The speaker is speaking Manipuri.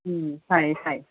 ꯎꯝ ꯁꯥꯏꯌꯦ ꯁꯥꯏꯌꯦ